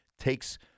takes